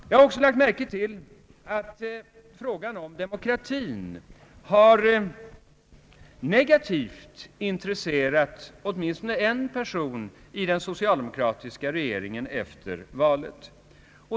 Jag har också lagt märke till att frågan om demokratin har negativt intresserat åtminstone en person i den socialdemokratiska regeringen efter valet.